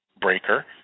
breaker